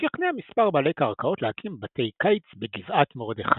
שכנע מספר בעלי קרקעות להקים בתי קיץ ב"גבעת מרדכי",